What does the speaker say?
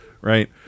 right